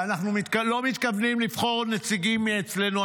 ואנחנו לא מתכוונים לבחור נציגים אצלנו.